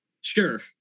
Sure